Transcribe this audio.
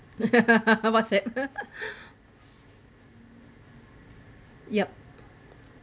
WhatsApp yup